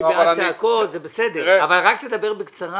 אני בעד צעקות אבל רק דבר בקצרה.